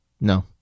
No